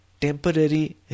temporary